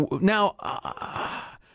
Now